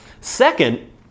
Second